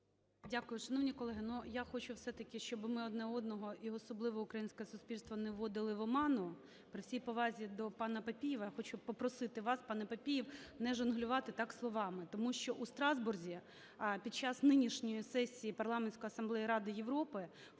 Дякую. Шановні колеги, ну я хочу все-таки, щоби ми одне одного, і особливо українське суспільство, не вводили в оману. При всій повазі до пана Папієва, я хочу попросити вас, пане Папієв, не жонглювати так словами, тому що у Страсбурзі під час нинішньої сесії Парламентської асамблеї Ради Європи